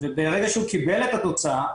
וברגע שהוא קיבל את התוצאה,